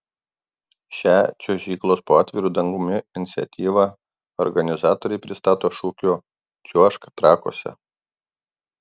šią čiuožyklos po atviru dangumi iniciatyvą organizatoriai pristato šūkiu čiuožk trakuose